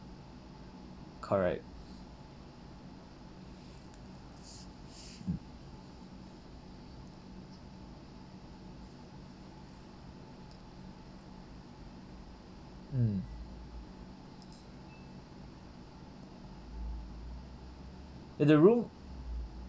correct mm mm the room